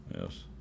yes